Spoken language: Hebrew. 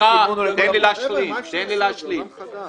תן לי להשלים.